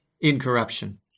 incorruption